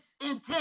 intent